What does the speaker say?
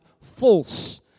false